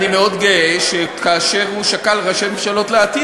אני מאוד גאה שכאשר הוא שקל ראשי ממשלה לעתיד